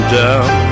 down